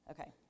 Okay